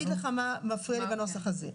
אני אגיד לך מה מפריע לי בנוסח הזה.